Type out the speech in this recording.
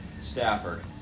Stafford